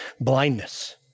blindness